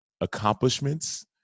accomplishments